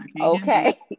Okay